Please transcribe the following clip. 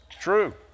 true